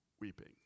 weeping